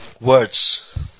Words